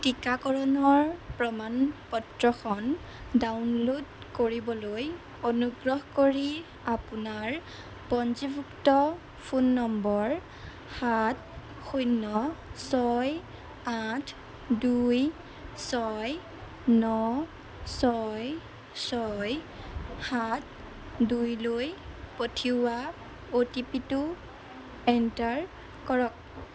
টিকাকৰণৰ প্ৰমাণ পত্ৰখন ডাউনলোড কৰিবলৈ অনুগ্ৰহ কৰি আপোনাৰ পঞ্জীভুক্ত ফোন নম্বৰ সাত শূণ্য ছয় আঠ দুই ছয় ন ছয় ছয় সাত দুইলৈ পঠিওৱা অ'টিপিটো এণ্টাৰ কৰক